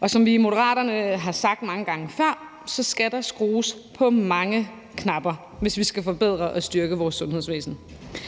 og som vi i Moderaterne har sagt mange gange før, skal der skrues på mange knapper, hvis vi skal forbedre og styrke vores sundhedsvæsen, og